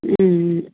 ம் ம்